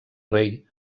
rei